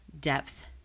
depth